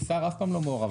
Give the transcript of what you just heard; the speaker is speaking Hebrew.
שר אף פעם לא מעורב.